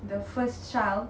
the first child